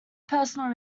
personal